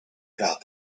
about